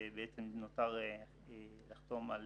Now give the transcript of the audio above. ובעצם נותר לחתום על